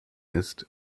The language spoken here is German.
ist